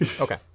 Okay